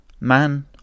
Man